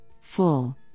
full